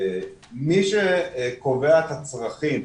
מי שקובע את הצרכים